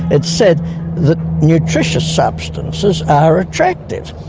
and said that nutritious substances are attractive,